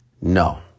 No